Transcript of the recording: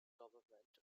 government